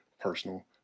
personal